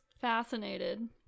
fascinated